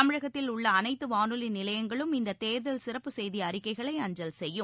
தமிழகத்தில் உள்ள அனைத்துவானொலிநிலையங்களும் இந்ததேர்தல் சிறப்பு செய்திஅறிக்கைகளை அஞ்சல் செய்யும்